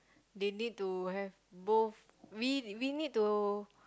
they need to have both we we need to